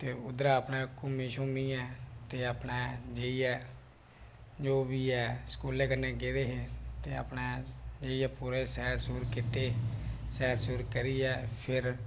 ते उद्धरा अपने घूमी शूमियै ते अपने जाइयै जो बी स्कूलें कन्नै गेदे हे ते अपने जाइयै पूरे सैर सूर कीते सैर शूर करियै फिर